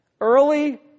Early